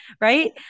Right